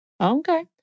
Okay